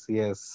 yes